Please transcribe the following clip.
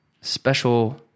special